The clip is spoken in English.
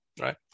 right